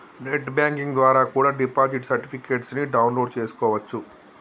net banking ద్వారా కూడా deposit certificates ని డౌన్ లోడ్ చేస్కోవచ్చు